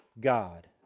God